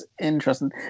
interesting